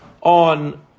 on